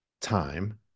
time